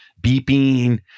beeping